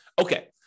Okay